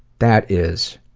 that is